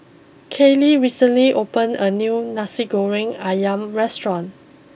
Kaylie recently opened a new Nasi Goreng Ayam restaurant